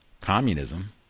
Communism